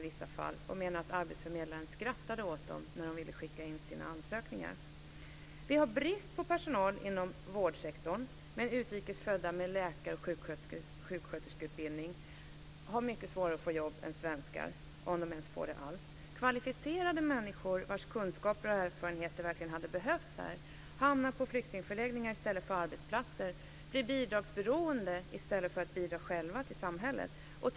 De menar att arbetsförmedlaren skrattade åt dem när de ville skicka in sina ansökningar. Vi har brist på personal inom vårdsektorn. Men utrikes födda med läkar och sjuksköterskeutbildning har mycket svårare att få jobb än svenskar, om de ens får det alls. Kvalificerade människor, vars kunskaper och erfarenheter verkligen hade behövts här, hamnar på flyktingförläggningar i stället för på arbetsplatser, blir bidragsberoende i stället för att bidra själva till samhället.